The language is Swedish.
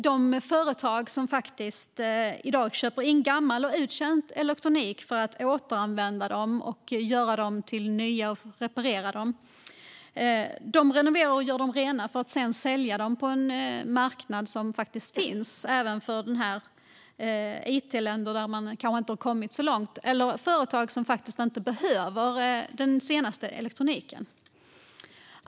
Det finns i dag företag som köper in gammal och uttjänt elektronik för att återanvända, förnya och reparera den. De renoverar och gör den ren för att sedan sälja den på en marknad som faktiskt finns, exempelvis i länder där man kanske inte har kommit så långt eller till företag som inte behöver den senaste elektroniken.